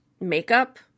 makeup